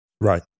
Right